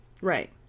Right